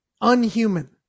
unhuman